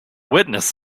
witness